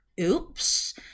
oops